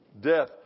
death